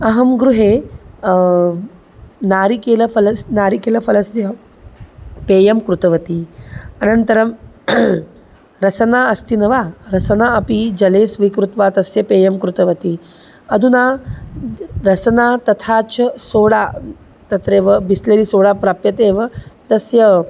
अहं गृहे नारिकेलफलस्य नारिकेलफलस्य पेयं कृतवती अनन्तरं रसना अस्ति न वा रसना अपि जले स्वीकृत्य तस्य पेयं कृतवती अधुना रसना तथा च सोडा तत्रैव बिस्लेरि सोडा प्राप्यते एव तस्य